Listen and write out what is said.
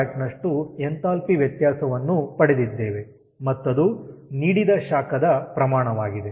62MWನಷ್ಟು enthalpy ವ್ಯತ್ಯಾಸವನ್ನು ಪಡೆದಿದ್ದೇವೆ ಮತ್ತದು ನೀಡಿದ ಶಾಖದ ಪ್ರಮಾಣವಾಗಿದೆ